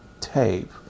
tape